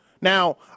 Now